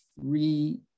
three